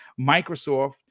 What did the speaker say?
Microsoft